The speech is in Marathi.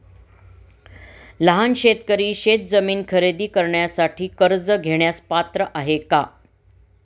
लहान शेतकरी शेतजमीन खरेदी करण्यासाठी कर्ज घेण्यास पात्र आहेत का?